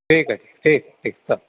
ठीक आहे ठीक ठीक चालेल